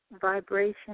vibration